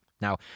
Now